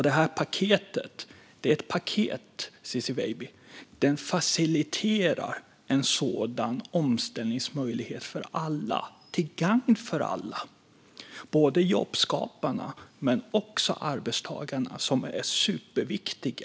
Det här paketet, Ciczie Weidby, är ett paket som faciliterar en sådan omställningsmöjlighet för alla, till gagn för alla - inte bara jobbskaparna utan också arbetstagarna, som är superviktiga.